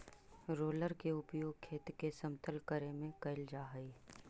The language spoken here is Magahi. रोलर के उपयोग खेत के समतल करे में कैल जा हई